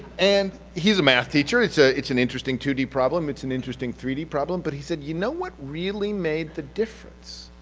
and he's a math teacher, it's ah it's an interesting two d problem, it's an interesting three d problem, but he said, you know what really made the difference